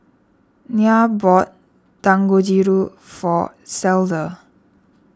Nya bought Dangojiru for Cleda